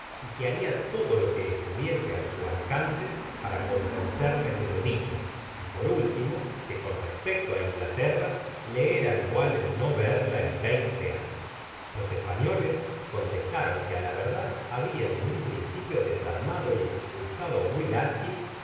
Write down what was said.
y que haria todo lo que estuviese á su aleance para convencerles de lo dicho y por último que con respecto á inglaterra le era igual el no verla en veinte años los españoles contestaron que á la verdad habian en un principio desarmado y espulsado á will atkins